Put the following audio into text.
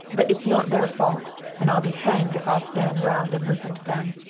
but it's not their fault. and i'll be hanged if i'll stand round and listen to them.